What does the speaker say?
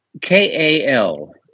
KAL